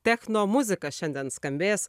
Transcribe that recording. techno muzika šiandien skambės